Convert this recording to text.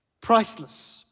priceless